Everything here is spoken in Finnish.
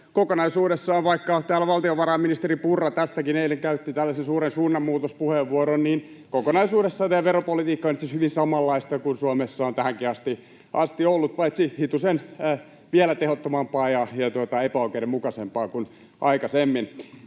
jatketaan, ja vaikka täällä valtiovarainministeri Purra tästäkin eilen käytti tällaisen suuren suunnanmuutospuheenvuoron, niin kokonaisuudessaan teidän veropolitiikkanne on itse asiassa hyvin samanlaista kuin Suomessa on tähänkin asti ollut, paitsi hitusen vielä tehottomampaa ja epäoikeudenmukaisempaa kuin aikaisemmin.